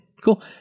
Cool